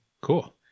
Cool